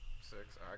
Six